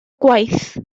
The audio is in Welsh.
gwaith